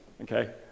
okay